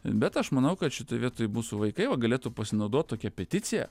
bet aš manau kad šitoj vietoj mūsų vaikai va galėtų pasinaudot tokia peticija